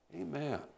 Amen